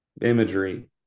imagery